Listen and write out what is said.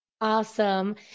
Awesome